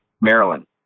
Maryland